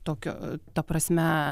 tokio ta prasme